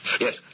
Yes